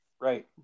right